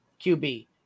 QB